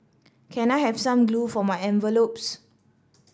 can I have some glue for my envelopes